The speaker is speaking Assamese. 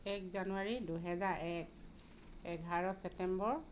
এক জানুৱাৰী দুহেজাৰ এক এঘাৰ ছেপ্টেম্বৰ